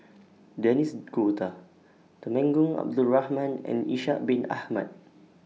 Denis D'Cotta Temenggong Abdul Rahman and Ishak Bin Ahmad